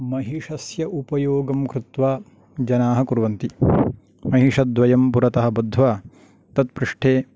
महिषस्य उपयोगं कृत्वा जनाः कुर्वन्ति महिषद्वयं पुरतः बद्ध्वा तत्पृष्ठे